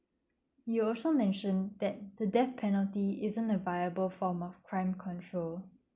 you also mentioned that the death penalty isn't a viable form of crime control